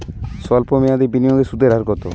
সল্প মেয়াদি বিনিয়োগে সুদের হার কত?